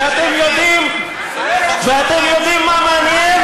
ואתם יודעים מה מעניין?